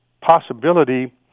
possibility